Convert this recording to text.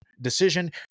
decision